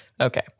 okay